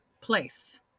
place